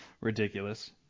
Ridiculous